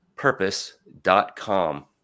purpose.com